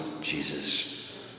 Jesus